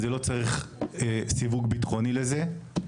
זה לא צריך סיווג בטחוני לזה,